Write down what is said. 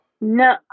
No